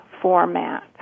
format